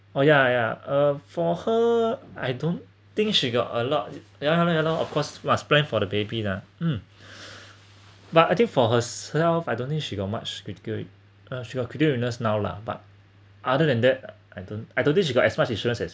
oh yeah yeah uh for her I don't think she got a lot yeah along of course must plan for the baby lah um but I think for herself I don't think she got much critical uh she got critical illness now lah but other than that I don't I don't think she got as much insurance as